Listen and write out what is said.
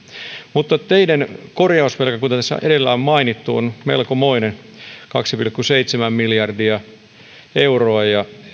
mutta teiden korjausvelka kuten tässä edellä on mainittu on melkomoinen kaksi pilkku seitsemän miljardia euroa ja